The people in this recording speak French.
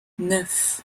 neuf